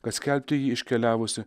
kad skelbti jį iškeliavusį